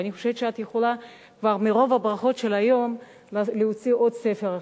ואני חושבת שאת יכולה כבר מרוב הברכות של היום להוציא עוד ספר.